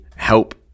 help